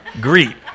Greet